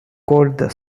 called